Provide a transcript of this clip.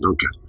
Okay